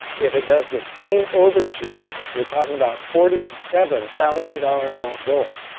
if it does the same overshoot, we're talking about forty seven thousand dollars an ounce gold.